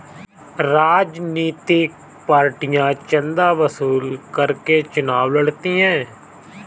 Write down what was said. राजनीतिक पार्टियां चंदा वसूल करके चुनाव लड़ती हैं